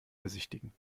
besichtigen